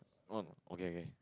one okay okay